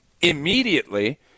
immediately